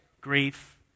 Grief